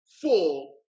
full